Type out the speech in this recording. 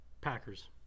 Packers